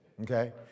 Okay